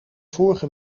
vorige